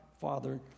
Father